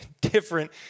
different